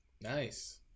Nice